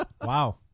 Wow